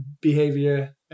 behavior